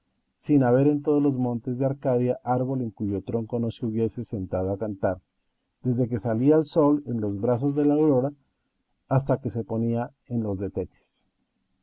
sin haber en todos los montes de arcadia árbol en cuyo tronco no se hubiese sentado a cantar desde que salía el sol en los brazos de la aurora hasta que se ponía en los